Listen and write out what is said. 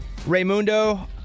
Raymundo